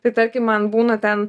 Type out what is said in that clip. tai tarkim man būna ten